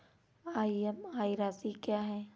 EMI राशि क्या है?